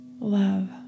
love